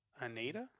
Anita